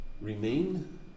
remain